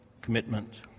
commitment